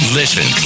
listen